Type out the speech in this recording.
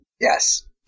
Yes